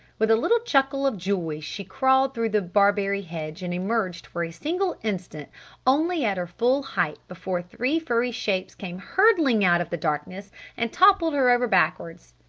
with a little chuckle of joy she crawled through the barberry hedge and emerged for a single instant only at her full height before three furry shapes came hurtling out of the darkness and toppled her over backwards.